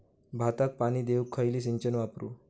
भाताक पाणी देऊक खयली सिंचन वापरू?